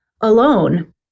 alone